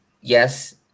yes